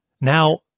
Now